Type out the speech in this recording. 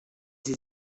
sie